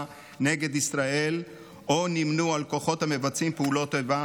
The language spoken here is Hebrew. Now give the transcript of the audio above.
נגד ישראל או נמנו עם כוחות המבצעים פעולות איבה